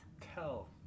Tell